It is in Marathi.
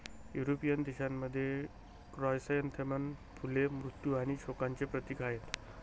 युरोपियन देशांमध्ये, क्रायसॅन्थेमम फुले मृत्यू आणि शोकांचे प्रतीक आहेत